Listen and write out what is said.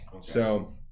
So-